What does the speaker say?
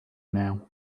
now